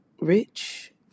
Rich